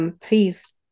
please